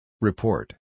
Report